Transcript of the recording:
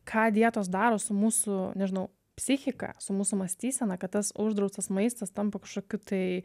ką dietos daro su mūsų nežinau psichika su mūsų mąstysena kad tas uždraustas maistas tampa kažkokiu tai